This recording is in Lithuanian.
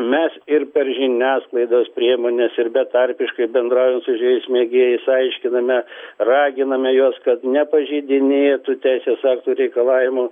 mes ir per žiniasklaidos priemones ir betarpiškai bendraujant su žvejais mėgėjais aiškiname raginame juos kad nepažeidinėtų teisės aktų reikalavimų